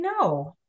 no